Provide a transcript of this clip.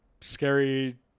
scary